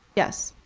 yes.